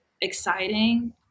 exciting